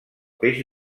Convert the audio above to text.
peix